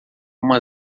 uma